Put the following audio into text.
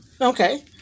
okay